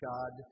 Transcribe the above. God